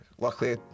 Luckily